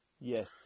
Yes